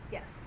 Yes